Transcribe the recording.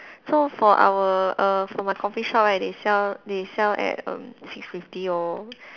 so for our err for my coffee shop right they sell they sell at err six fifty O